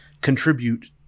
contribute